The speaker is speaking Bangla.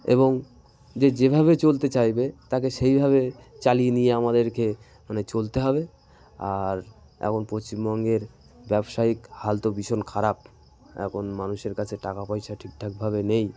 এবং যে যেভাবে চলতে চাইবে তাকে সেইভাবে চালিয়ে নিয়ে আমাদেরকে মানে চলতে হবে আর এখন পশ্চিমবঙ্গের ব্যবসায়িক হাল তো ভীষণ খারাপ এখন মানুষের কাছে টাকা পয়সা ঠিকঠাকভাবে নেই